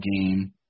game